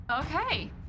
Okay